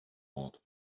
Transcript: board